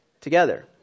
together